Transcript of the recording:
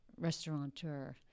restaurateur